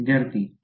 विद्यार्थीः 9